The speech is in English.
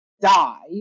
Die